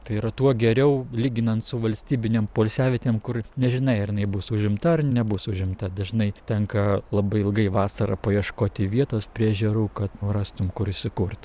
tai yra tuo geriau lyginant su valstybinėm poilsiavietėm kur nežinai ar jinai bus užimta ar nebus užimta dažnai tenka labai ilgai vasarą paieškoti vietos prie ežerų kad o rastum kur įsikurt